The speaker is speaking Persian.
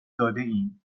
دادهایم